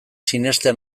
sinestea